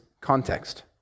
context